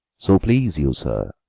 so please you, sir.